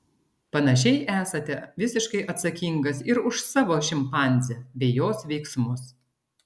panašiai esate visiškai atsakingas ir už savo šimpanzę bei jos veiksmus